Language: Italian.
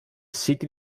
siti